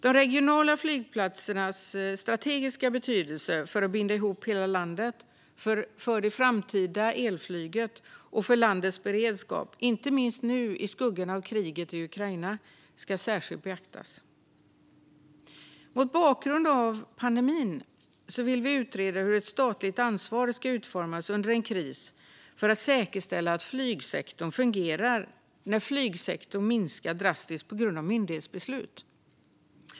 De regionala flygplatsernas strategiska betydelse för att binda ihop hela landet, för det framtida elflyget och för landets beredskap, inte minst nu i skuggan av kriget i Ukraina, ska särskilt beaktas. Mot bakgrund av pandemin vill vi utreda hur ett statligt ansvar ska utformas under en kris för att säkerställa att flygsektorn fungerar när flygtrafiken drastiskt minskar på grund av myndighetsbeslut.